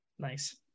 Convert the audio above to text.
nice